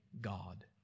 God